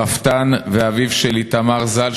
רפתן ואביו של איתמר ז"ל,